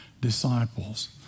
disciples